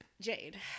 Jade